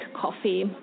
coffee